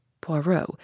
Poirot